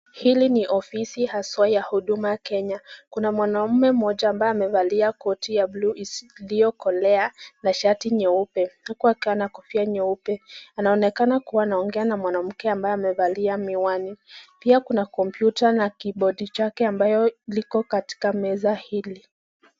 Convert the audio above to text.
Hili ni ofisi haswa la Huduma Kenya. Kuna mwanaume mmoja ambaye amevalia koti ya buluu iliokolea na shati nyeupe uku akiwa na kofia nyeupe. Anaonekana kuwa anaongea na mwanamke ambaye amevalia miwani. Pia kuna kompyuta na kibodi chake ambayo liko katika meza hili.